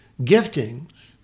giftings